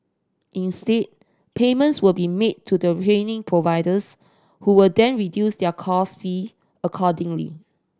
instead payments will be made to the training providers who will then reduce their course fee accordingly